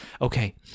Okay